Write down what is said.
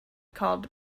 called